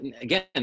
again